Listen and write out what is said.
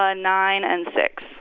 ah nine and six.